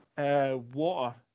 Water